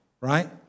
right